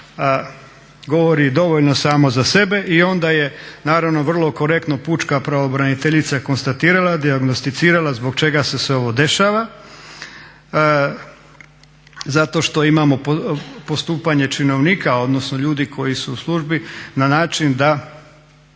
skupa govori dovoljno samo za sebe. I onda je naravno vrlo korektno pučka pravobraniteljica konstatirala, dijagnosticirala zbog čega se sve ovo dešava zato što imamo postupanje činovnika odnosno ljudi koji su u službi na način da